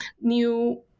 new